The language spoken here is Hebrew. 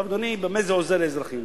אדוני, במה זה עוזר לאזרחים?